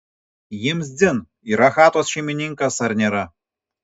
jiems dzin yra chatos šeimininkas ar nėra